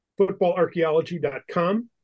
footballarchaeology.com